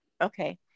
Okay